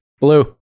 Blue